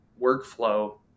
workflow